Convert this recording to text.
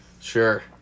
Sure